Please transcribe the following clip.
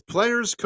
Players